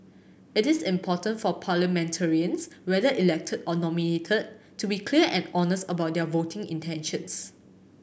it is important for parliamentarians whether elected or nominated to be clear and honest about their voting intentions